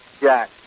Jack